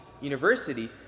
university